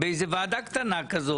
ושר האוצר היה בא לוועדה ומשכנע חברים,